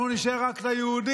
אנחנו נשאיר רק את ה"יהודית",